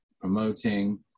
promoting